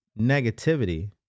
negativity